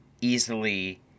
easily